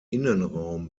innenraum